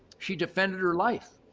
she defended her life.